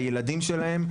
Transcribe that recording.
לילדים שלהם,